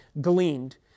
gleaned